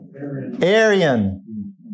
Aryan